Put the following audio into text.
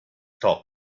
talk